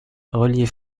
reliée